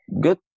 good